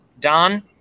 don